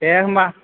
दे होनबा